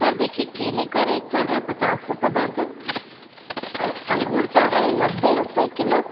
sir देखिए केले का रेट चल रहा पच्चास रुपये दर्जन और अंगूर चल रहे हैं नब्बे रुपये किलो